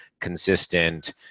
consistent